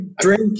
Drink